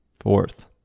fourth